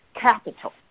capital